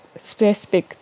specific